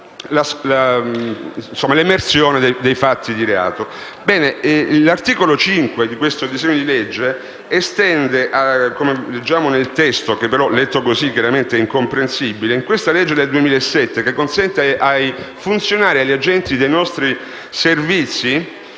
l'emersione dei fatti di reato.